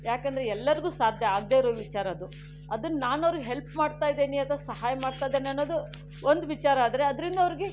ಯಾಕೆಂದರೆ ಎಲ್ಲರಿಗೂ ಸಾಧ್ಯ ಆಗದೆ ಇರೋ ವಿಚಾರ ಅದು ಅದನ್ನು ನಾನವರಿಗೆ ಹೆಲ್ಪ್ ಮಾಡ್ತಾ ಇದ್ದೇನೆ ಅಥವಾ ಸಹಾಯ ಮಾಡ್ತಾ ಇದ್ದೇನೆ ಅನ್ನೋದು ಒಂದು ವಿಚಾರ ಆದರೆ ಅದರಿಂದ ಅವರಿಗೆ